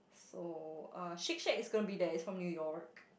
so uh Shake Shack is gonna be there it's from New York